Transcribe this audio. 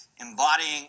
embodying